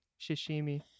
sashimi